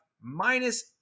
minus